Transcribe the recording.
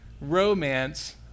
romance